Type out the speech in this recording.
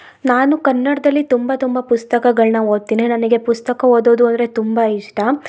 ನಾನು ಕನ್ನಡದಲ್ಲಿ ತುಂಬ ತುಂಬ ಪುಸ್ತಕಗಳನ್ನ ಓದ್ತೀನಿ ನನಗೆ ಪುಸ್ತಕ ಓದೋದು ಅಂದರೆ ತುಂಬ ಇಷ್ಟ